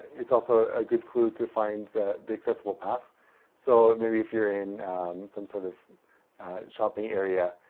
it's also a good clue to find the accessible path so maybe if you're in some sort of shopping area,